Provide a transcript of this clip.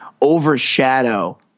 overshadow